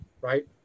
right